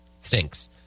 stinks